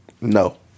No